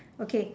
okay